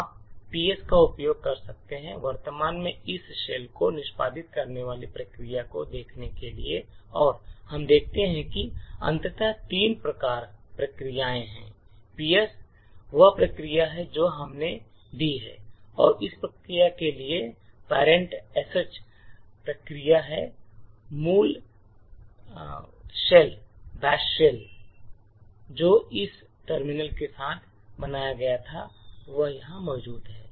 आप "ps" का उपयोग कर सकते हैं वर्तमान में इस शेल को निष्पादित करने वाली प्रक्रियाओं को देखने के लिए और हम देखते हैं कि अंततः तीन प्रक्रियाएं हैं "ps" वह प्रक्रिया है जो कि हमने दी है और इस प्रक्रिया के लिए parent "sh" प्रक्रिया और मूल बैच शेल जो इस टर्मिनल के साथ बनाया गया था वह यहां मौजूद है